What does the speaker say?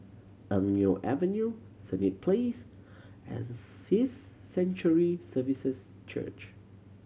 Eng Neo Avenue Senett Place and Sanctuary Services Church